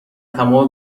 تمام